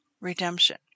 redemption